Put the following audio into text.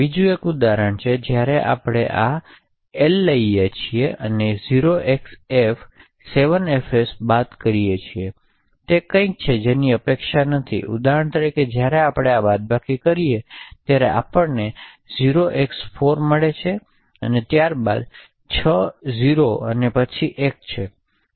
બીજું એક ઉદાહરણ છે જ્યારે આપણે એલ લઈએ છીએ અને 0xf 7 fs બાદ કરીયે છીએ તે કંઈક છે જેની અપેક્ષા નથી ઉદાહરણ તરીકે જ્યારે આપણે બાદબાકી કરીએ છીએ ત્યારે આપણને 0x4 મળે છે ત્યારબાદ 6 0s અને પછી 1